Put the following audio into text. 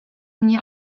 mnie